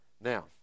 Now